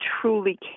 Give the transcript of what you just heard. truly